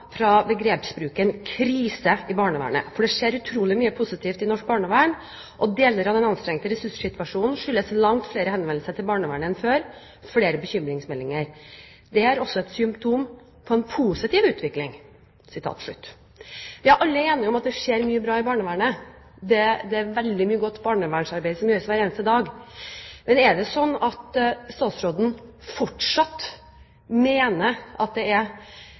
fra begrepsbruken «krise» i barnevernet, for det skjer utrolig mye positivt i norsk barnevern, og deler av den anstrengte ressurssituasjonen skyldes langt flere henvendelser til barnevernet enn før – flere bekymringsmeldinger. Det er også et symptom på en positiv utvikling.» Vi er alle enige om at det skjer mye bra i barnevernet. Det er veldig mye godt barnevernsarbeid som gjøres hver eneste dag. Men er det sånn at statsråden fortsatt mener at det ikke er